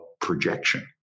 projection